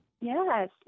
Yes